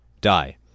Die